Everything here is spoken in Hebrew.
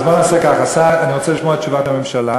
אז בוא נעשה ככה: אני רוצה לשמוע את תשובת הממשלה,